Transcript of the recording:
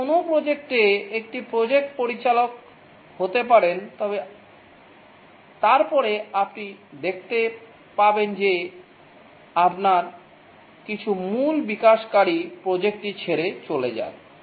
আপনি কোনও প্রজেক্টে একটি প্রজেক্ট পরিচালক হতে পারেন তবে তারপরে আপনি দেখতে পাবেন যে আপনার কিছু মূল বিকাশকারীdeveloper প্রজেক্টটি ছেড়ে যান